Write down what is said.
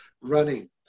running